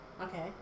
Okay